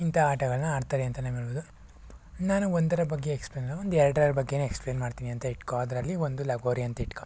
ಇಂಥ ಆಟಗಳನ್ನ ಆಡ್ತಾರೆ ಅಂತಲೇ ಹೇಳ್ಬಹುದು ನಾನು ಒಂದರ ಬಗ್ಗೆ ಎಕ್ಸ್ಪ್ಲೇನ್ ಅಲ್ಲ ಒಂದೆರಡರ ಬಗ್ಗೆನೇ ಎಕ್ಸ್ಪ್ಲೇನ್ ಮಾಡ್ತೀನಿ ಅಂತಿಟ್ಕೋ ಅದರಲ್ಲಿ ಒಂದು ಲಗೋರಿ ಅಂತಿಟ್ಕೋ